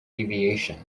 deviation